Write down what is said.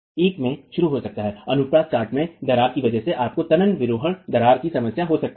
यह एक में शुरू हो सकता है अनुप्रस्थ काट में दरार की वजह से आपको तनन विरोहण दरार की समस्या हो सकती है